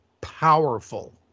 powerful